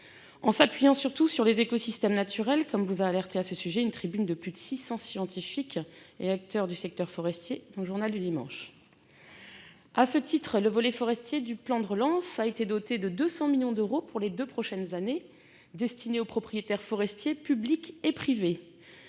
en s'appuyant surtout sur les écosystèmes naturels comme vous, a alerté à ce sujet une tribune de plus de 600 scientifiques et acteurs du secteur forestier dans le Journal du dimanche, à ce titre, le volet forestier du plan de relance a été doté de 200 millions d'euros pour les 2 prochaines années, destiné aux propriétaires forestiers, publics et privés,